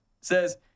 says